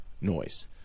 noise